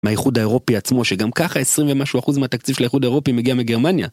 מהאיחוד האירופי עצמו שגם ככה עשרים ומשהו אחוז מהתקציב של האיחוד האירופי מגיע מגרמניה